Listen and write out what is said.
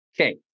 Okay